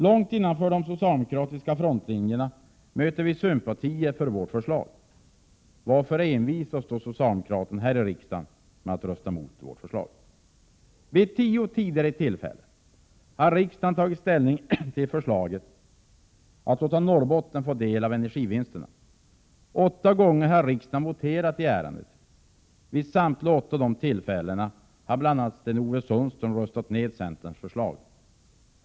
Långt innanför de socialdemokratiska frontlinjerna möter vi sympatier för vårt förslag. Varför envisas då socialdemokraterna här i riksdagen med att rösta mot vårt förslag? Vid tio tidigare tillfällen har riksdagen tagit ställning till förslaget att låta Norrbotten få del av energivinsterna. Åtta gånger har riksdagen voterat i ärendet. Vid samtliga dessa tillfällen har bl.a. Sten-Ove Sundström röstat ned centerns förslag.